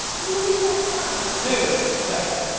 we will need more time no, sir.